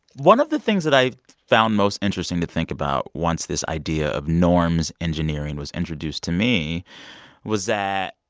one of the things that i found most interesting to think about once this idea of norms engineering was introduced to me was that,